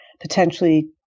potentially